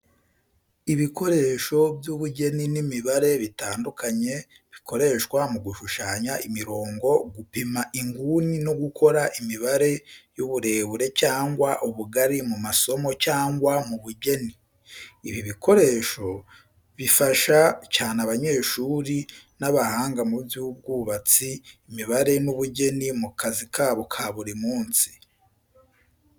Ibikoresho by’ubugeni n’imibare bitandukanye bikoreshwa mu gushushanya imirongo, gupima inguni no gukora imibare y’uburebure cyangwa ubugari mu masomo cyangwa mu bugeni. Ibi bikoresho bifasha cyane abanyeshuri n’abahanga mu by’ubwubatsi, imibare n’ubugeni mu kazi kabo ka buri munsi.